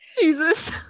Jesus